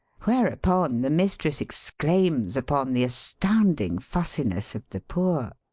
whereupon the mistresa exclaims upon the astounding fussiness of the poor!